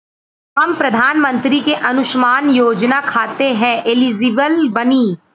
हम प्रधानमंत्री के अंशुमान योजना खाते हैं एलिजिबल बनी?